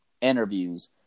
interviews